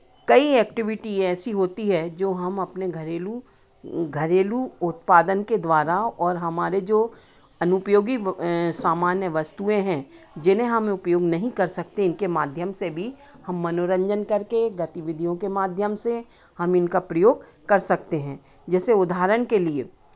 कई ऐक्टिविटी ऐसी होती है जो हम अपने घरेलू घरेलू उत्पादन के द्वारा और हमारे जो अनुपयोगी सामान्य वस्तुएँ हैं जिन्हें हम उपयोग नहीं कर सकते इनके माध्यम से भी हम मनोरंजन करके गतिविधियों के माध्यम से हम इनका प्रयोग कर सकते हैं जैसे उदाहरण के लिए